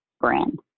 brand